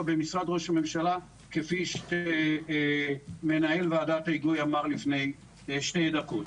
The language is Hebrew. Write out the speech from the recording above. במשרד ראש הממשלה כפי שמנהל ועדת ההיגוי אמר לפני שתי דקות.